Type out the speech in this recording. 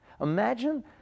Imagine